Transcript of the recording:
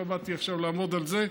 לא באתי עכשיו לעמוד על זה.